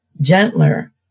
gentler